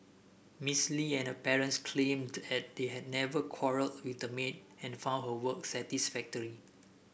Miss Li and her parents claimed that they had never quarrelled with the maid and found her work satisfactory